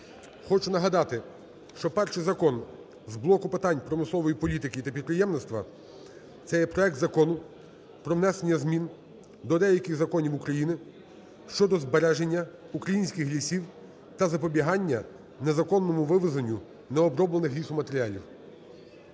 Хочу нагадати, що перший закон з блоку питань промислової політики та підприємництва, це є проект Закону про внесення змін до деяких законів України щодо збереження українських лісів та запобігання незаконному вивезенню необроблених лісоматеріалів.